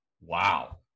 Wow